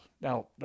Now